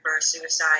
suicide